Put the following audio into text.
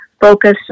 focus